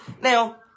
Now